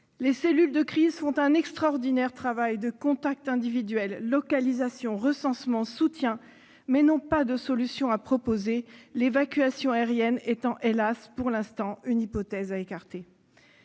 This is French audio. Les cellules de crise réalisent un extraordinaire travail de contact individuel, de localisation, de recensement et de soutien, mais elles n'ont pas de solution à proposer, l'évacuation aérienne étant pour l'instant, hélas !, une hypothèse à écarter.